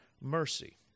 mercy